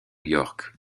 york